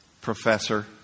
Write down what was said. professor